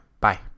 bye